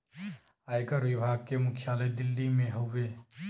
आयकर विभाग के मुख्यालय दिल्ली में हउवे